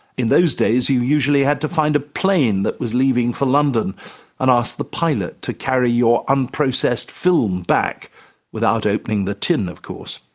in those days you usually had to find a plane that was leaving for london and ask the pilot to carry your unprocessed film back without opening the tin, of course.